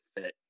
fit